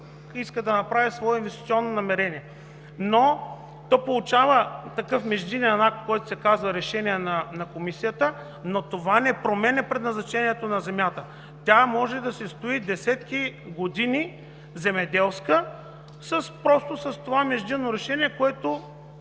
иска да направи свое инвестиционно намерение. То получава такъв междинен акт, който се казва „Решение на комисията“, но това не променя предназначението на земята. Тя може да си стои десетки години земеделска. Просто това междинно решение не